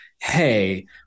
hey